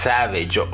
Savage